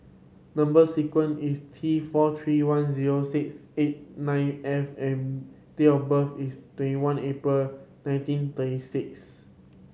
number sequence is T four three one zero six eight nine F and date of birth is twenty one April nineteen thirty six